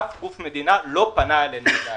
אף גוף של המדינה לא פנה אלינו עדיין.